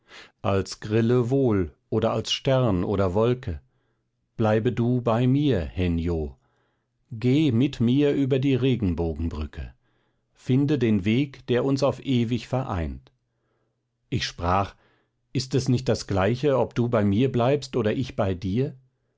als grille wohl oder als stern oder wolke bleibe du bei mir hen yo geh mit mir über die regenbogenbrücke finde den weg der uns auf ewig vereint ich sprach ist es nicht das gleiche ob du bei mir bleibst oder ich bei dir